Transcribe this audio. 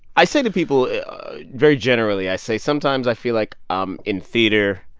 i say to people very generally, i say sometimes i feel like um in theater,